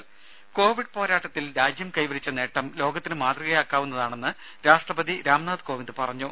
രേര കോവിഡ് പോരാട്ടത്തിൽ രാജ്യം കൈവരിച്ച നേട്ടം ലോകത്തിന് മാതൃകയാക്കാവുന്നതാണെന്ന് രാഷ്ട്രപതി രാംനാഥ് കോവിന്ദ് പറഞ്ഞു